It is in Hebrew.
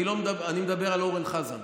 אני מדבר על אורן חזן.